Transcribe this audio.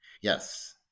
Yes